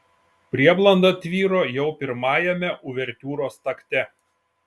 prieblanda tvyro jau pirmajame uvertiūros takte